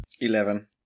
Eleven